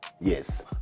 Yes